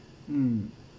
mm